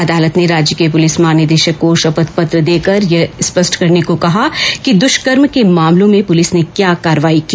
अदालत ने राज्य के पुलिस महानिर्देशक को शपथ पत्र देकर यह स्पष्ट करने को कहा है कि द्वष्कर्म के मामलों में पुलिस ने क्या कार्रवाई की